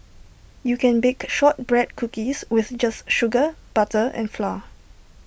you can bake Shortbread Cookies just with sugar butter and flour